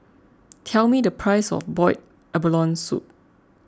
tell me the price of Boiled Abalone Soup